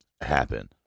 happen